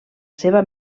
seva